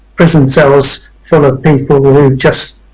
prison cells full of people but who just